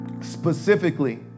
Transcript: specifically